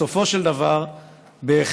בסופו של דבר בהחלט